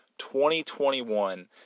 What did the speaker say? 2021